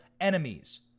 enemies